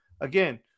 again